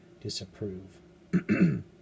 disapprove